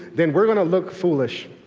then we're going to look foolish.